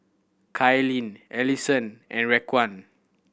Kailyn Alyson and Raquan